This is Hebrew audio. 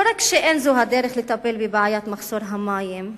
לא רק שאין זו הדרך לטפל בבעיות מחסור המים,